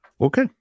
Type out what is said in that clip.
Okay